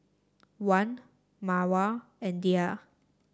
Wan Mawar and Dhia